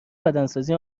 بدنسازی